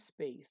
space